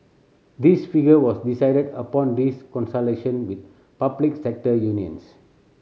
this figure was decided upon this consultation with public sector unions